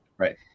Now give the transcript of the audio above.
Right